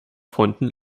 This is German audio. freunden